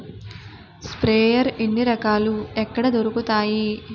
Sprayer ఎన్ని రకాలు? ఎక్కడ దొరుకుతాయి?